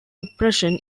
depression